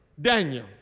Daniel